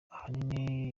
ahanini